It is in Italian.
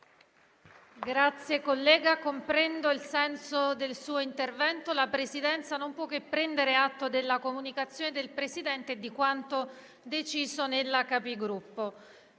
Senatore, comprendo il senso del suo intervento. La Presidenza non può che prendere atto della comunicazione del Presidente e di quanto deciso nella